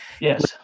yes